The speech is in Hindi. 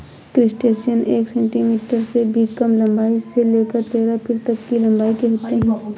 क्रस्टेशियन एक सेंटीमीटर से भी कम लंबाई से लेकर तेरह फीट तक की लंबाई के होते हैं